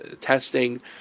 testing